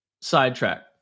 Sidetrack